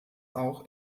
auch